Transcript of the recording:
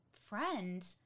friend